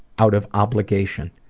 out of obligation,